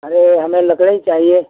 अरे हमें लकड़ी चाहिए